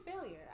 failure